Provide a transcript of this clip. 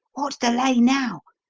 wot's the lay now?